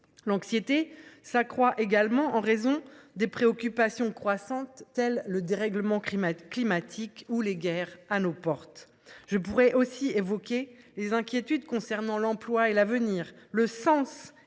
L’anxiété s’accroît également en raison des préoccupations croissantes, telles que le dérèglement climatique ou les guerres à nos portes. Je pourrais également évoquer les inquiétudes relatives à l’emploi et à l’avenir, au sens